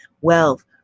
wealth